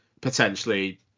potentially